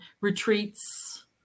retreats